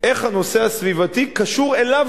איך הנושא הסביבתי קשור אליו,